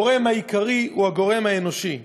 הגורם העיקרי הוא הגורם האנושי,